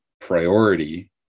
priority